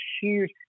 huge